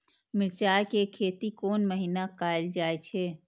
मिरचाय के खेती कोन महीना कायल जाय छै?